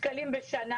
שקלים בשנה,